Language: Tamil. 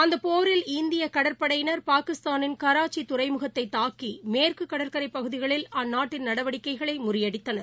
அந்த போரில் இந்திய கடற்படையினர் பாகிஸ்தானின் கராச்சி துறைமுகத்தை தாக்கி மேற்கு கடற்கரை பகுதிகளில் அந்நாட்டின் நடவடிக்கைகளை முறியடித்தனர்